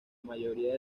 mayoría